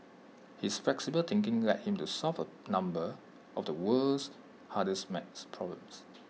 his flexible thinking led him to solve A number of the world's hardest math problems